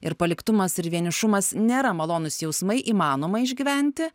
ir paliktumas ir vienišumas nėra malonūs jausmai įmanoma išgyventi